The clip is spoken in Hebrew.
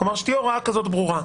שתהיה הוראה ברורה,